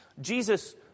Jesus